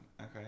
Okay